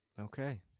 Okay